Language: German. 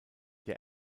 der